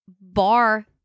bar